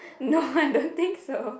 no I don't think so